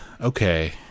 okay